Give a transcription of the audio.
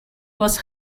was